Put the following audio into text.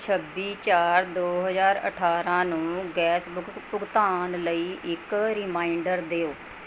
ਛੱਬੀ ਚਾਰ ਦੋ ਹਜ਼ਾਰ ਅਠਾਰ੍ਹਾਂ ਨੂੰ ਗੈਸ ਬੁਗ ਭੁਗਤਾਨ ਲਈ ਇੱਕ ਰੀਮਾਈਂਡਰ ਦਿਓ